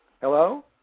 Hello